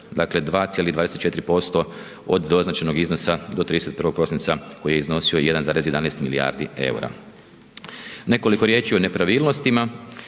dakle 2,24% od doznačenog iznosa do 31. prosinca, koji je iznosio 1,11 milijardi eura. Nekoliko riječi o nepravilnostima.